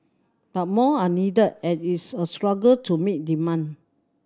but more are needed and it is a struggle to meet demand